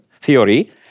theory